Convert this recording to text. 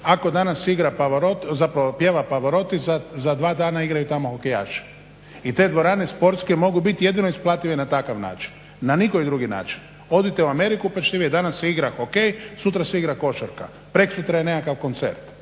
ako danas pjeva Pavarotti za dva dana igraju tamo hokejaši i te dvorane sportske mogu biti jedino isplative ne takav način, na nikoji drugi načini. Odite u Ameriku pa ćete vidjet, danas se igra hokej, sutra se igra košarka, preksutra je nekakav koncert.